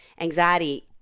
anxiety